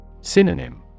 Synonym